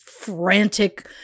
frantic